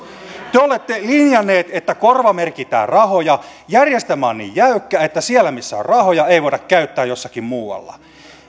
te olette linjanneet että korvamerkitään rahoja järjestelmä on niin jäykkä että sieltä missä on rahoja ei voida käyttää niitä jonnekin muualle